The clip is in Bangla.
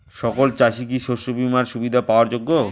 সকল চাষি কি শস্য বিমার সুবিধা পাওয়ার যোগ্য?